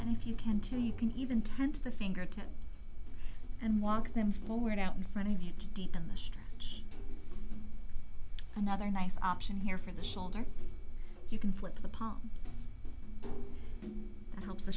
and if you can too you can even touch the fingertips and walk them forward out in front of you to deepen the stream another nice option here for the shoulders so you can flick the palm and helps the